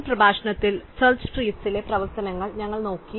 മുൻ പ്രഭാഷണത്തിൽ സെർച്ച് ട്രീസ്ലെ പ്രവർത്തനങ്ങൾ ഞങ്ങൾ നോക്കി